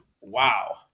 Wow